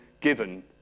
given